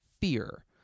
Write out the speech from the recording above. fear